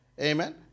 Amen